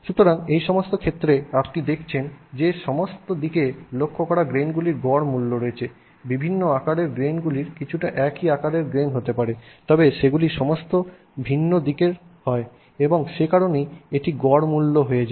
সুতরাং এই সমস্ত ক্ষেত্রে আপনি দেখছেন যে সমস্ত দিকে লক্ষ্য করা গ্রেইনগুলির গড় মূল্য রয়েছে বিভিন্ন আকারের গ্রেইনগুলি কিছুটা একই আকারের গ্রেইন হতে পারে তবে সেগুলি সমস্ত ভিন্ন দিকের হয় এবং সে কারণেই এটি গড় মূল্য হয়ে যায়